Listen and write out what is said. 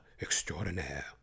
extraordinaire